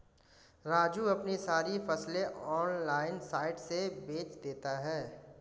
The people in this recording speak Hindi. राजू अपनी सारी फसलें ऑनलाइन साइट से बेंच देता हैं